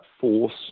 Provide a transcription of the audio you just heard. force